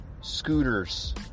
scooters